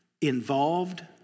involved